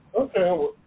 Okay